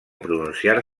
pronunciar